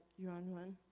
yuan yuan.